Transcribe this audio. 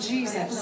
Jesus